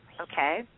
Okay